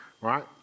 right